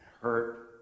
hurt